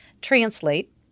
translate